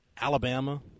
Alabama